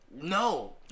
No